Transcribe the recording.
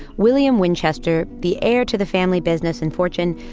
william winchester, the heir to the family business and fortune,